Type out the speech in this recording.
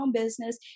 business